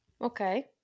Okay